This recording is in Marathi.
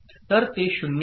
तर ते 0 होते